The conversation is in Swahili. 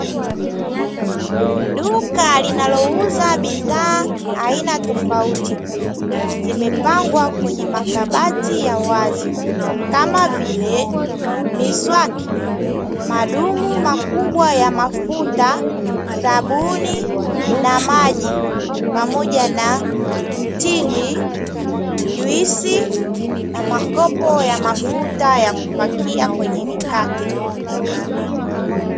Duka linalouza bidhaa aina tofauti zimepangwa kwenye makabati ya wazi, kama vile: miswaki, madumu makubwa ya mafuta, sabuni na maji, pamoja na mtindi, juisi na makopo ya mafuta ya kupakia kwenye mikate.